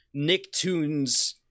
Nicktoons